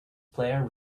player